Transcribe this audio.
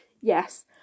Yes